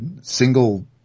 single